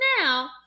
now